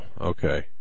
Okay